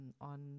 on